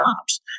jobs